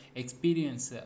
experience